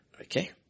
Okay